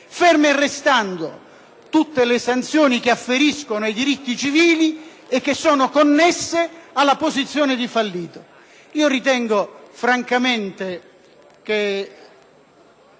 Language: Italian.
ferme restando tutte le sanzioni che afferiscono ai diritti civili e che sono connesse alla posizione di fallito. Ritengo che